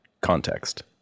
context